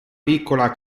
piccola